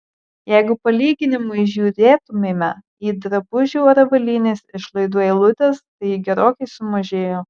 jeigu palyginimui žiūrėtumėme į drabužių ar avalynės išlaidų eilutes tai ji gerokai sumažėjo